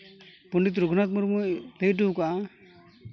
ᱯᱚᱱᱰᱤᱛ ᱨᱚᱜᱷᱩᱱᱟᱛᱷ ᱢᱩᱨᱢᱩᱭ ᱞᱟᱹᱭ ᱦᱚᱴᱚ ᱠᱟᱜᱼᱟ